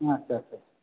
আচ্ছা আচ্ছা